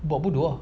buat bodoh ah